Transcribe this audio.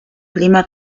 clima